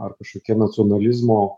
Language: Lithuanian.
ar kažkokie nacionalizmo